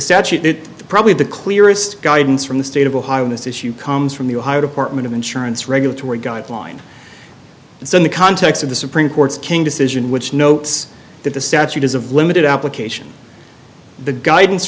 that probably the clearest guidance from the state of ohio on this issue comes from the ohio department of insurance regulatory guideline so in the context of the supreme court's king decision which notes that the statute is of limited application the guidance